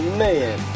man